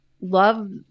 love